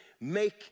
make